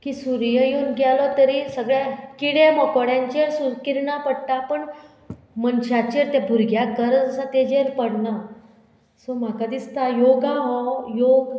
की सुर्य येवन गेलो तरी सगळ्या किडे मोकोड्यांचेर सुर किरणां पडटा पण मनशाचेर ते भुरग्याक गरज आसा तेजेर पडना सो म्हाका दिसता योगा हो योग